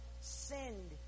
send